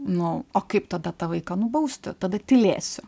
nu o kaip tada tą vaiką nubausti tada tylėsiu